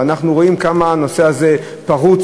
ואנחנו רואים כמה הנושא הזה פרוץ,